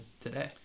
today